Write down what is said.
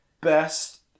best